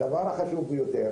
הדבר החשוב ביותר